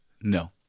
No